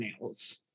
nails